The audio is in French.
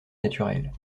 naturels